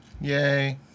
yay